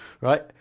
right